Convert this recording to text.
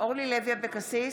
אורלי לוי אבקסיס,